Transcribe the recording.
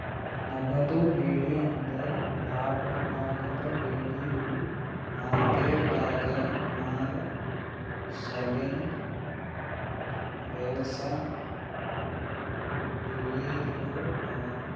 ನಗದು ಬೆಳಿ ಅಂದುರ್ ಲಾಭ ಆಗದ್ ಬೆಳಿ ಇವು ಮಾರ್ಕೆಟದಾಗ್ ಮಾರ ಸಲೆಂದ್ ಬೆಳಸಾ ಬೆಳಿಗೊಳ್ ಅವಾ